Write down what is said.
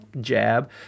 jab